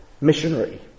missionary